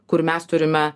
kur mes turime